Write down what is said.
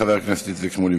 חבר הכנסת איציק שמולי,